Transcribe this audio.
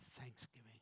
thanksgiving